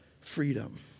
freedom